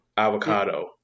avocado